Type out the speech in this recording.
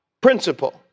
principle